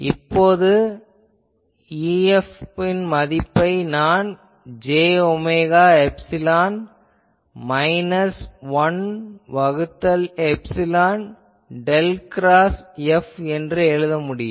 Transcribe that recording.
இப்போது EF மதிப்பை நான் j ஒமேகா எப்சிலான் மைனஸ் 1 வகுத்தல் எப்சிலான் டெல் கிராஸ் F என்று எழுத முடியும்